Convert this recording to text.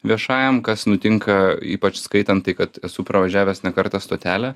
viešajam kas nutinka ypač skaitant tai kad esu pravažiavęs ne kartą stotelę